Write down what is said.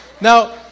Now